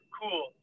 cool